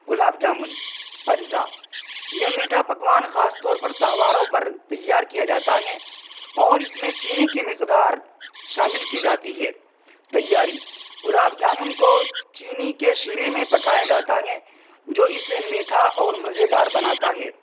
گلاب جامن اجزا یہ میٹھا پکوان خاص طور پر تہواروں پر تیار کیا جاتا ہیں اور اس میں چینی کی مقدار شامل کی جاتی ہے تیاری گلاب جامن کو چینی کے شیرے میں پکایا جاتا ہیں جو اسے میٹھا اور مزیدار بناتا ہے